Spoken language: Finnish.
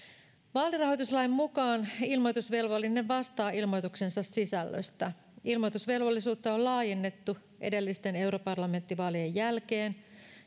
vaalirahoituslain mukaan ilmoitusvelvollinen vastaa ilmoituksensa sisällöstä ilmoitusvelvollisuutta on laajennettu edellisten europarlamenttivaalien jälkeen